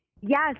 Yes